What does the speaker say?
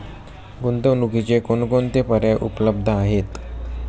गुंतवणुकीचे कोणकोणते पर्याय उपलब्ध आहेत?